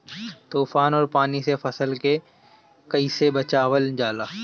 तुफान और पानी से फसल के कईसे बचावल जाला?